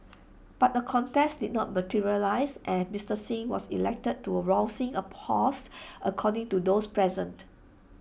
but A contest did not materialise and Mister Singh was elected to rousing applause according to those present